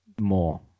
more